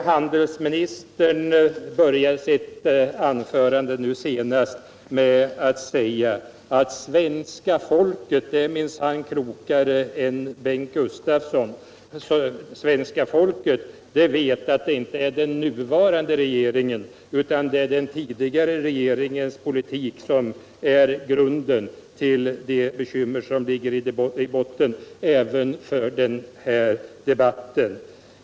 Handelsministern började sitt senaste anförande med att säga att svenska folket är minsann klokare än Bengt Gustavsson och svenska folket vet att det inte är den nuvarande regeringens utan den tidigare regeringens politik som är grunden till de bekymmer som ligger i botten även för den här debatten.